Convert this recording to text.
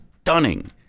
stunning